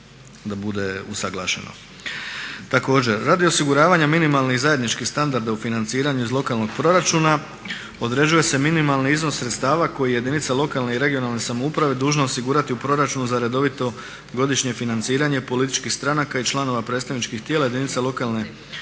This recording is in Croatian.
Također, radi osiguravanja minimalnih zajedničkih standarda u financiranju iz lokalnog proračuna određuje se minimalni iznos sredstava koji je jedinica lokalne i regionalne samouprave dužna osigurati u proračunu za redovito godišnje financiranje političkih stranaka i članova predstavničkih tijela jedinica lokalne i